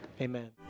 amen